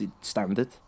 standard